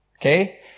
Okay